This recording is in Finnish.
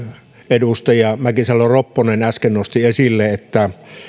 edustaja mäkisalo ropponen äsken nosti esille että